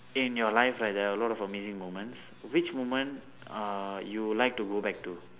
in your life right there are a lot of amazing moments which moment uh you like to go back to